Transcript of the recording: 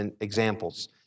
examples